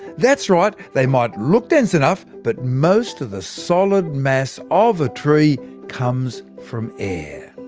that's right, they might look dense enough, but most of the solid mass of a tree comes from air!